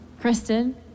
Kristen